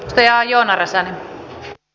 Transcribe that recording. tea jonna räsänen e